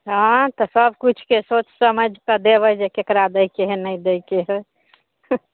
हँ आँइ तऽ सबकिछुके सोचि समझिकऽ देबै जे ककरा दैके हइ नहि दैके हइ चुप